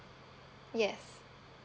yes